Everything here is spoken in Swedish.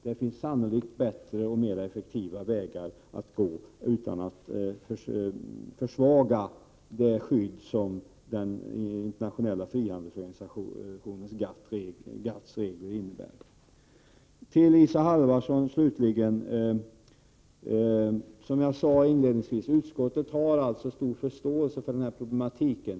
Det finns sannolikt bättre och mera effektiva vägar att gå utan att försvaga det skydd som den internationella frihandelsorganisationen GATT:s regler innebär. Till Isa Halvarsson, slutligen: Som jag sade inledningsvis har utskottet stor förståelse för problematiken.